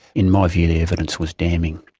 in my view the evidence was damning.